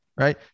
right